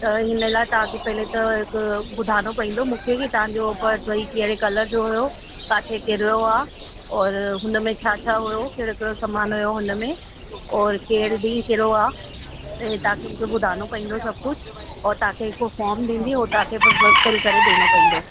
त हिन लाइ तव्हांखे पहिले त हिकु ॿुधाइणो पवंदो मूंखे की तव्हांजो पर्स वरी कहिड़े कलर जो हुयो किथे किरियो आहे और हुन में छा छा हुयो कहिड़ो कहिड़ो सामानु हुयो हुन में और कहिड़े ॾींहुं किरियो आहे त हे तव्हांखे मूंखे ॿुधाइणो पवंदो सभु कुझु और तव्हांखे हिकिड़ो फॉर्म ॾींदी हो तव्हांखे फील करे ॾियणो पवंदो